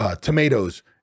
tomatoes